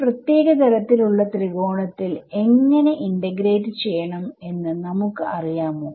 ഒരു പ്രത്യേക തരത്തിൽ ഉള്ള ത്രികോണത്തിൽ എങ്ങനെ ഇന്റഗ്രേറ്റ് ചെയ്യണം എന്ന് നമുക്ക് അറിയാമോ